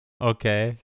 Okay